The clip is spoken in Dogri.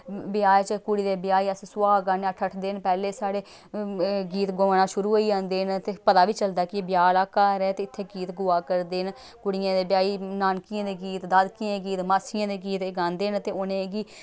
ब्याह् च कुड़ी दे ब्याह् ही अस सुहाग गाने अट्ठ अट्ठ दिन पैह्लें साढ़े गीत गोआना शुरू होई जंदे न ते पता बी चलदा कि ब्याह् आह्ला घर ऐ ते इत्थै गीत गोआ करदे न कुड़ियें दे ब्याह् ही नानकियें दे गीत दादकियें दे गीत मास्सियें दे गीत एह् गांदे न ते उ'नेंगी